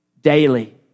daily